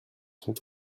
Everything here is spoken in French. sont